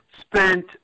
spent